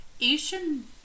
Asian